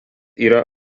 yra